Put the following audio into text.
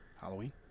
Halloween